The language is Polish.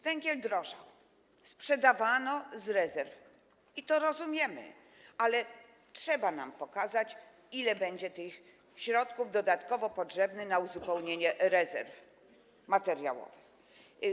Węgiel drożał, sprzedawano z rezerw, i to rozumiemy, ale trzeba nam pokazać, ile środków dodatkowo będzie potrzebnych na uzupełnienie rezerw materiałowych.